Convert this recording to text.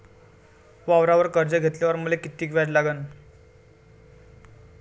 वावरावर कर्ज घेतल्यावर मले कितीक व्याज लागन?